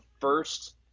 first